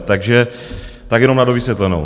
Takže tak jenom na dovysvětlenou.